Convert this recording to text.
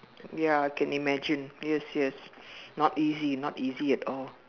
ya I can imagine yes yes not easy not easy at all